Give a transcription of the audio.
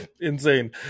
insane